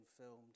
filmed